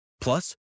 Plus